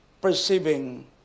perceiving